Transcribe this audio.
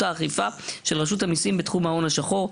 האכיפה של רשות המיסים בתחום ההון השחור,